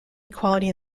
equality